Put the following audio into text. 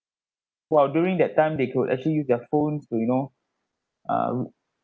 while during that time they could actually use their phones to you know uh